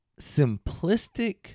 simplistic